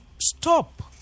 stop